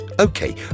Okay